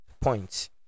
points